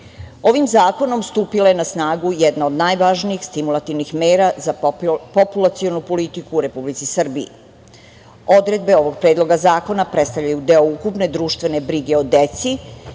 zakonom stupila je na snagu jedna od najvažnijih stimulativnih mera za populacionu politiku u Republici Srbiji. Odredbe ovog Predloga zakona predstavljaju deo ukupne društvene brige o deci